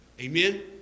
Amen